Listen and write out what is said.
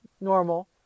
normal